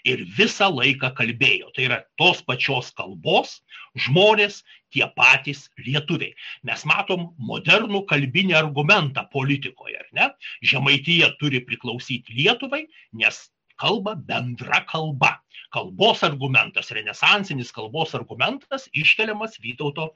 ir visą laiką kalbėjo tai yra tos pačios kalbos žmonės tie patys lietuviai mes matom modernų kalbinį argumentą politikoj ar ne žemaitija turi priklausyti lietuvai nes kalba bendra kalba kalbos argumentas renesansinis kalbos argumentas iškeliamas vytauto